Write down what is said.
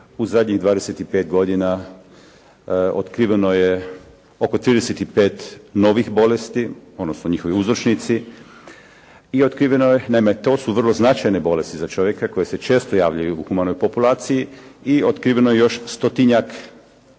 u zadnjih 25 godina otkriveno je oko 35 novih bolesti, odnosno njihovi uzročnici i otkriveno je, naime to su vrlo značajne bolesti za čovjeka koje se često javljaju u humanoj populaciji i otkriveno je još stotinjak novih